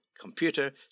computer